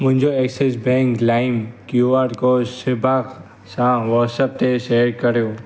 मुंहिंजो Axis bank लाइम Q R code Sheeba सां व्हाट्सएप ते शेयर करियो